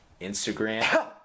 Instagram